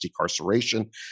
decarceration